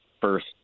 first